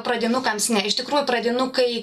pradinukams ne iš tikrųjų pradinukai